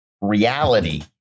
reality